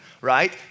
right